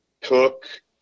took